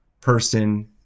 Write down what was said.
person